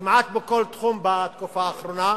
כמעט בכל תחום בתקופה האחרונה.